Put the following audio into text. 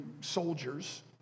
soldiers